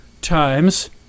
times